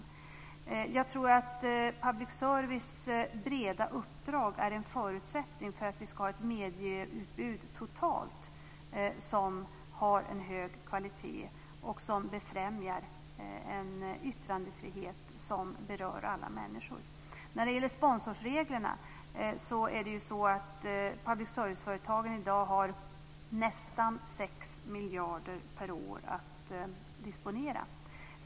Jag tror att public service breda uppdrag är en förutsättning för att vi ska ha ett medieutbud totalt som har en hög kvalitet och som främjar en yttrandefrihet som berör alla människor. När det gäller sponsorsreglerna har public serviceföretagen i dag nästan 6 miljarder per år att disponera.